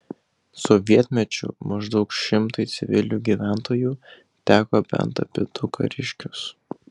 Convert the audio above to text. sovietmečiu maždaug šimtui civilių gyventojų teko bent apie du kariškius